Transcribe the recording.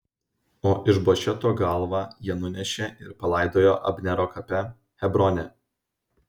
o išbošeto galvą jie nunešė ir palaidojo abnero kape hebrone